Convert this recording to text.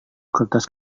kertas